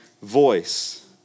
voice